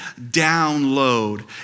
download